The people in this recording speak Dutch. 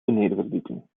benedenverdieping